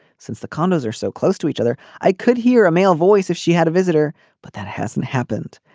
since the condos are so close to each other i could hear a male voice if she had a visitor but that hasn't happened.